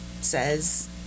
says